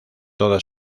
toda